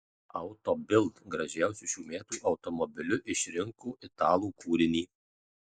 auto bild gražiausiu šių metų automobiliu išrinko italų kūrinį